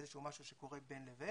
איזה שהוא משהו שקורה בין לבין.